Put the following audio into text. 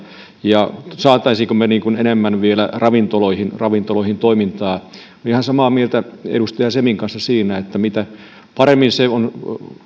ja saisimmeko me enemmän vielä ravintoloihin ravintoloihin toimintaa olen ihan samaa mieltä edustaja semin kanssa siitä että kun paremmin